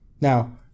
Now